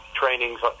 trainings